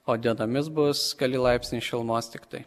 o dienomis bus keli laipsniai šilumos tiktai